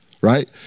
right